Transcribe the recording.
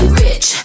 rich